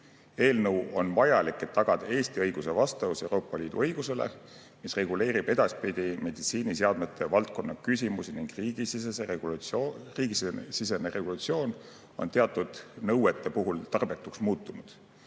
Eelnõu on vajalik, et tagada Eesti õiguse vastavus Euroopa Liidu õigusele, mis reguleerib edaspidi meditsiiniseadmete valdkonna küsimusi, ning riigisisene regulatsioon on teatud nõuete puhul tarbetuks muutunud.